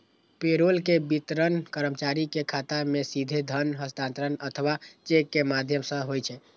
payroll के वितरण कर्मचारी के खाता मे सीधे धन हस्तांतरण अथवा चेक के माध्यम सं होइ छै